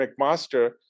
McMaster